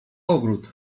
ogród